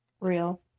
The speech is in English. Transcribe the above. Real